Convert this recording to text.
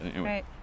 Right